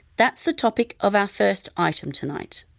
that's the topic of our first item tonight.